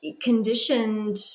conditioned